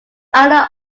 ireland